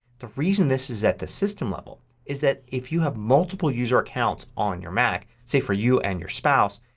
the reason this is at the system level is that if you have multiple user accounts on your mac, say for you and your spouse,